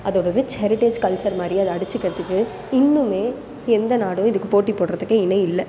அதோடய rich heritage culture மாதிரியே அதை அடிச்சுக்கிறதுக்கு இன்னுமே எந்த நாடும் இதுக்கு போட்டி போடுறத்துக்கு இணை இல்லை